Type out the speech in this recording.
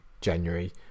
January